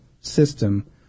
system